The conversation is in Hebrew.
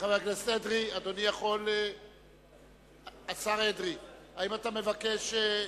חבר הכנסת אדרי, השר אדרי, האם אתה מבקש להשיב?